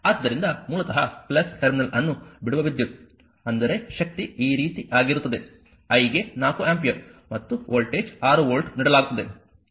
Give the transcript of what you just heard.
ಆದ್ದರಿಂದ ಮೂಲತಃ ಟರ್ಮಿನಲ್ ಅನ್ನು ಬಿಡುವ ವಿದ್ಯುತ್ ಅಂದರೆ ಶಕ್ತಿ ಈ ರೀತಿ ಆಗಿರುತ್ತದೆ I ಗೆ 4 ಆಂಪಿಯರ್ ಮತ್ತು ವೋಲ್ಟೇಜ್ 6 ವೋಲ್ಟ್ ನೀಡಲಾಗುತ್ತದೆ